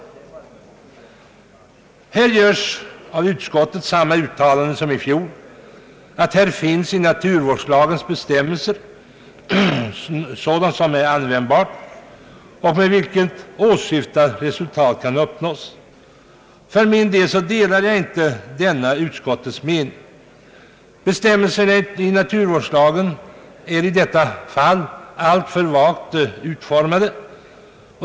Utskottet gör på denna punkt samma uttalande som i fjol, nämligen att det i naturvårdslagen finns bestämmelser som är tillämpliga i detta fall och med vilka åsyftat resultat kan uppnås. För mitt vidkommande delar jag inte utskottets mening. Bestämmelserna i naturvårdslagen är i detta avseende alltför vagt utformade.